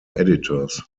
editors